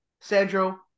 Sandro